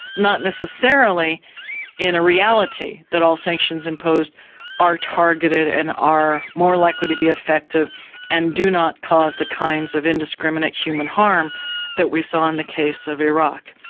not necessarily in a reality that all sanctions imposed are targeted and are more likely to be effective and do not cause the kinds of indiscriminate human harm that we saw in the case of iraq.